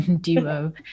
duo